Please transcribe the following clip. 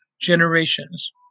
generations